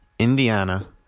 Indiana